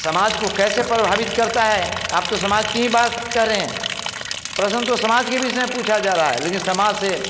समाज को कैसे प्रभावित करता है आप तो समाज की ही बात कर रहे हैं प्रश्न तो समाज के विषय में पूछा जा रहा है लेकिन समाज से